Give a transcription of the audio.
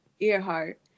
Earhart